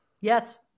Yes